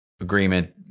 agreement